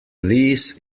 lease